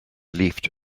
leafed